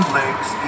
legs